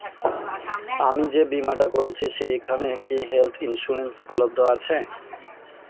আমি যে বীমাটা করছি সেইখানে কি হেল্থ ইন্সুরেন্স উপলব্ধ আছে?